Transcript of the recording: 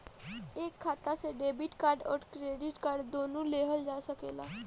एक खाता से डेबिट कार्ड और क्रेडिट कार्ड दुनु लेहल जा सकेला?